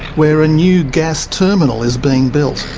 where a new gas terminal is being built.